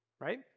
Right